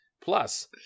Plus